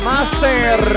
Master